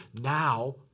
now